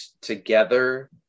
together